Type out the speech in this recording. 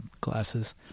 glasses